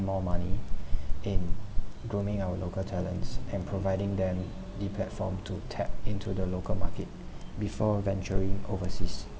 more money in grooming our local talents and providing them the platform to tap into the local market before venturing overseas